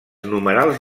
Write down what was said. numerals